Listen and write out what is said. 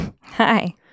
Hi